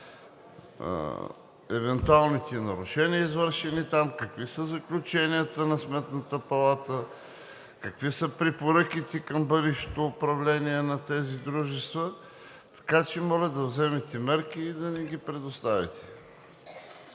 евентуалните нарушения, извършени там, какви са заключенията на Сметната палата, какви са препоръките към бъдещото управление на тези дружества? Така че моля да вземете мерки и да ни ги предоставите.